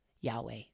Yahweh